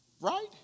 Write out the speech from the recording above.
Right